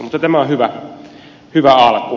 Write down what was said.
mutta tämä on hyvä alku